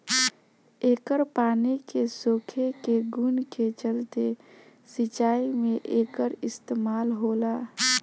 एकर पानी के सोखे के गुण के चलते सिंचाई में एकर इस्तमाल होला